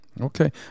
Okay